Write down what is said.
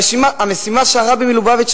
המשימה שהרבי מלובביץ',